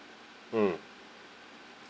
mm